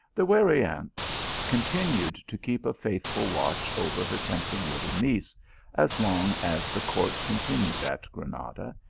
the wary aunt continued to keep a faithful watch over her tempting little niece as long as the court continued at granada,